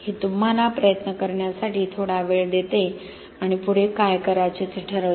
हे तुम्हाला प्रयत्न करण्यासाठी थोडा वेळ देते आणि पुढे काय करायचे ते ठरवते